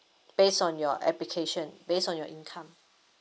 base on your application base on your income